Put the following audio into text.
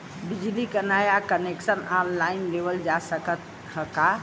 बिजली क नया कनेक्शन ऑनलाइन लेवल जा सकत ह का?